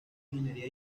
ingeniería